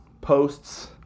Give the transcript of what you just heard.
posts